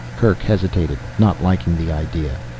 kerk hesitated, not liking the idea.